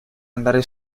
andare